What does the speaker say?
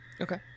Okay